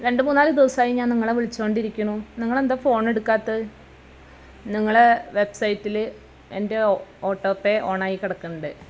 രണ്ട് മൂന്ന് നാല് ദിവസമായി ഞാൻ നിങ്ങളെ വിളിച്ചോണ്ടിരിക്കണു നിങ്ങളെന്താ ഫോണെടുക്കാത്തത് നിങ്ങളെ വെബ്സൈറ്റിൽ എൻ്റെ ഓട്ടോ പേ ഓണായി കിടക്കണുണ്ട്